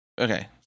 Okay